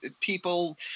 people